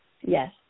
Yes